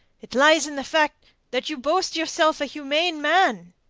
it lies in the fact that you boast yourself a humane man.